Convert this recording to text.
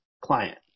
client